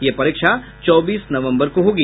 ये परीक्षा चौबीस नवम्बर को होगी